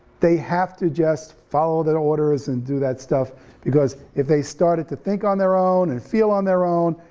they have to just follow their orders and do that stuff because if they started to think on their own and feel on their own,